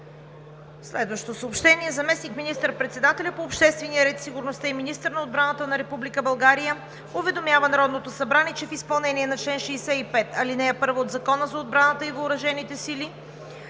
Народното събрание. Заместник министър-председателят по обществения ред и сигурността и министър на отбраната на Република България уведомява Народното събрание, че в изпълнение на чл. 65, ал. 1 от Закона за отбраната и въоръжените сили